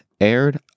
aired